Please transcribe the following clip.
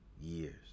years